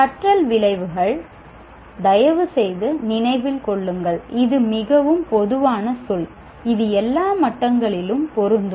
கற்றல் விளைவுகள் தயவுசெய்து நினைவில் கொள்ளுங்கள் இது மிகவும் பொதுவான சொல் இது எல்லா மட்டங்களிலும் பொருந்தும்